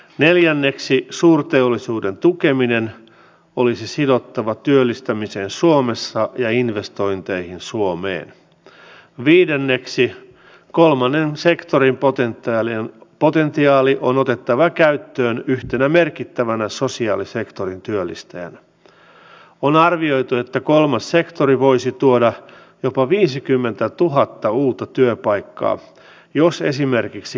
on todellakin hyvä että pidä kiinni järjestelmään päihdeäitien kuntoutukseen on eduskunta nyt suuntaamassa rahat edelleen siinä on hyvät tulokset ja samoin se on hieno asia että turvakotien rahoitus edellisen hallituksen toimesta saatiin pysyväksi ja se jatkuu